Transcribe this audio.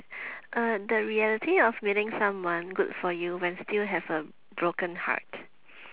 uh the reality of meeting someone good for you when still have a broken heart